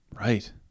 Right